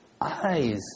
eyes